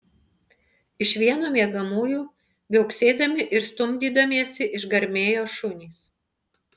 iš vieno miegamųjų viauksėdami ir stumdydamiesi išgarmėjo šunys